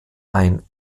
ein